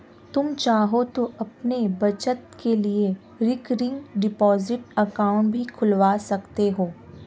तुम चाहो तो अपनी बचत के लिए रिकरिंग डिपॉजिट अकाउंट भी खुलवा सकते हो